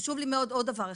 חשוב לי מאוד עוד דבר אחד.